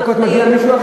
יש לנו פה